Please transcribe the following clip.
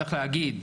צריך להגיד,